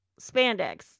spandex